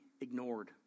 ignored